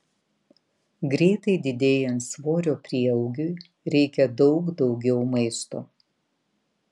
greitai didėjant svorio prieaugiui reikia daug daugiau maisto